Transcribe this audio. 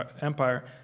Empire